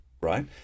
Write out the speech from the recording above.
right